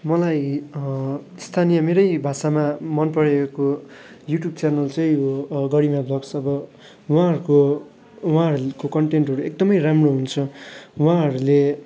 मलाई स्थानीय मेरै भाषामा मन परेको युट्युब च्यानल चाहिँ हो गरिमा भ्लग्स अब उहाँहरूको उहाँहरूको कन्टेन्टहरू एकदमै राम्रो हुन्छ उहाँहरूले